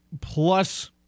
plus